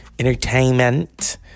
Entertainment